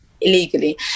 illegally